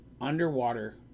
Underwater